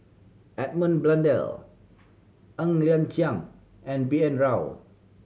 Edmund Blundell Ng Liang Chiang and B N Rao